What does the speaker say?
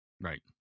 right